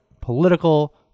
political